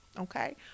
okay